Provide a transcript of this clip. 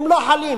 הם לא חלים.